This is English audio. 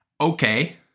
okay